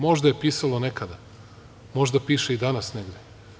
Možda je pisalo nekada, možda piše i danas negde.